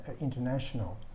International